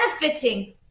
benefiting